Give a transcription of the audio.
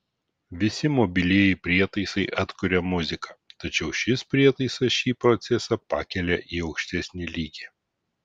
visi mobilieji prietaisai atkuria muziką tačiau šis prietaisas šį procesą pakelia į aukštesnį lygį